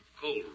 cold